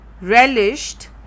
relished